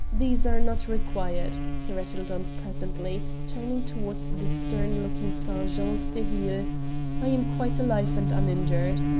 these are not required, he rattled on pleasantly, turning towards the stern-looking sergents de ville i am quite alive and uninjured.